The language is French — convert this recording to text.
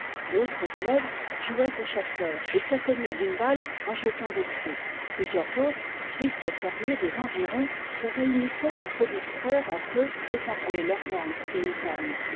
d'autres élèves jouaient au chasseur et s'atteignaient d'une balle en jetant des cris plusieurs autres fils de fermiers des environs se réunissaient pour se distraire entre eux et parler leur langue paysanne